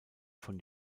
von